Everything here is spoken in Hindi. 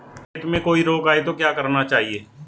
खेत में कोई रोग आये तो क्या करना चाहिए?